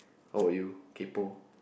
how about you kaypo